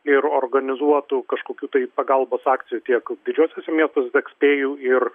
ir organizuotų kažkokių tai pagalbos akcijų tiek didžiuosiuose miestuose kiek spėjau ir